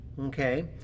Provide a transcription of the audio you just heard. Okay